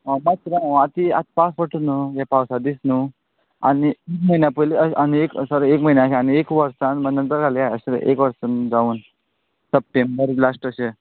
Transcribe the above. आं मातशें राव आ आतां पावस पडटा न्हू पावसा दीस न्हू आनी एक म्हयन्या पयलू आनीक एक सॉरी आनी एक म्हयन्या खंय आनी एक वर्सा मागीर ताचे नंतर घालया एक वर्स जावन सप्टेंबर लाश्ट अशें